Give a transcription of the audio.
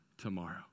tomorrow